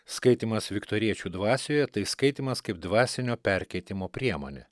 skaitymas viktoriečių dvasioje tai skaitymas kaip dvasinio perkeitimo priemonė